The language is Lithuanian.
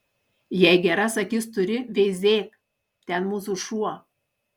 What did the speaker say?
jei geras akis turi veizėk ten mūsų šuo